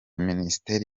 minisiteri